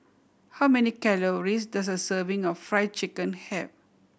how many calories does a serving of Fried Chicken have